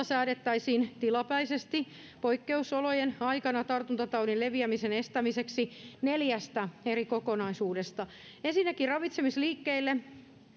säädettäisiin tilapäisesti poikkeusolojen aikana tartuntataudin leviämisen estämiseksi neljästä kokonaisuudesta ensinnäkin ravitsemisliikkeille